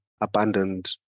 abandoned